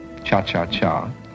cha-cha-cha